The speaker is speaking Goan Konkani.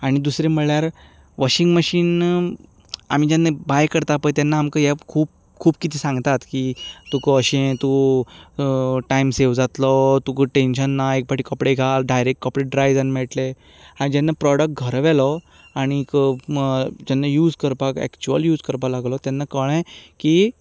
आनी दुसरें म्हणल्यार वॉशिंग मॅशीन आमी जेन्ना बाय करता पळय तेन्ना आमी खूब कितें सांगतात की तुका अशे तूं टायम सेव जातलो तुका टॅनशन ना एक फावटी कपडे घाल डायरेक्ट कपडे ड्राय जावन मेळटले आनी जेन्ना प्रोडक्ट घरा व्हेलो आनी जेन्ना यूज करपाक एकच्यूल यूज करपाक लागलो तेन्ना कळ्ळें की